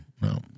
No